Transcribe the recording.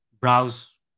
browse